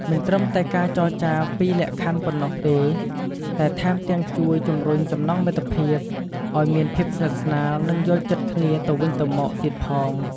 មិនត្រឹមតែការចរចាពីលក្ខខណ្ឌប៉ុណ្ណោះទេ តែថែមទាំងជួយ ជំរុញចំណងមិត្តភាព ឱ្យមានភាពស្និទ្ធស្នាល និងយល់ចិត្តគ្នាទៅវិញទៅមកទៀតផង។